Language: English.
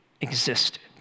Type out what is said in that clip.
existed